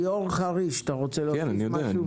ליאור חריש, אתה רוצה להוסיף משהו?